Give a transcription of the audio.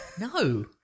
No